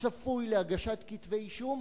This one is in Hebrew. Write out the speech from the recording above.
צפוי להגשת כתבי אישום,